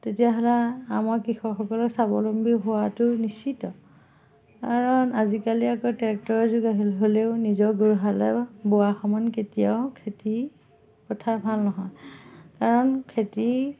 তেতিয়াহ'লে আমাৰ কৃষকসকলৰ স্বাৱলম্বী হোৱাটো নিশ্চিত কাৰণ আজিকালি আকৌ ট্ৰেক্টৰৰ যুগ আহিল হ'লেও নিজৰ গৰুহালে বোৱা সমান কেতিয়াও খেতি পথাৰ ভাল নহয় কাৰণ খেতি